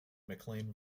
mclean